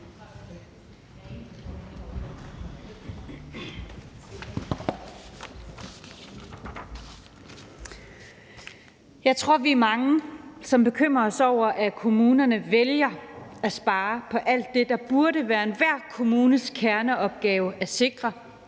Jeg tror, vi er mange, som bekymrer os over, at kommunerne vælger at spare på alt det, der burde være enhver kommunes kerneopgave at sikre,